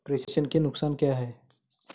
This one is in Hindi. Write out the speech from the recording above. प्रेषण के नुकसान क्या हैं?